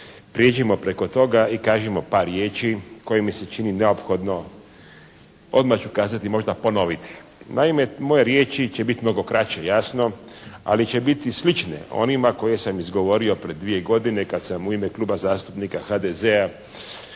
Prijeđimo preko toga i kažimo par riječi koji mi se čini neophodno odmah ću kazati možda ponoviti. Naime, moje riječi će biti mnogo kraće jasno, ali će biti slične onima koje sam izgovorio prije dvije godine kada sam u ime Kluba zastupnika HDZ-a